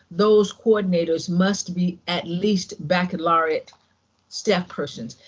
those coordinators must be at least baccalaureate staff persons.